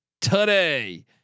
today